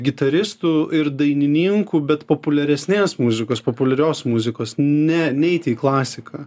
gitaristu ir dainininku bet populiaresnės muzikos populiarios muzikos ne neiti į klasiką